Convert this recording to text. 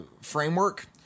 framework